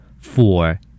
Four